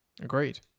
Agreed